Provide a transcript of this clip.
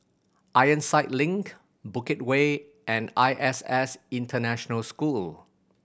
Ironside Link Bukit Way and I S S International School